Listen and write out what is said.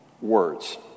words